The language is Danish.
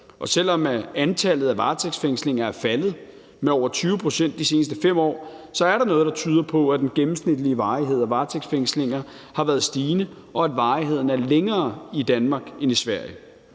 Selv om antallet af varetægtsfængslinger er faldet med over 20 pct. de seneste 5 år, er der noget, der tyder på, at den gennemsnitlige varighed af varetægtsfængslinger har været stigende, og at varigheden er længere i Danmark end i Sverige.